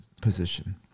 position